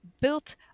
built